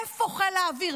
איפה חיל האוויר?